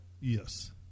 yes